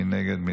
מי נגד?